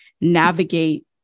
navigate